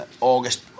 August